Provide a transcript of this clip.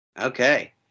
Okay